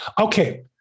okay